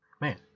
man